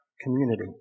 community